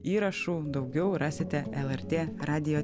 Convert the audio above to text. įrašų daugiau rasite lrt radijo